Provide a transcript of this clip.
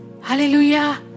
Hallelujah